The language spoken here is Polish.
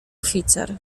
oficer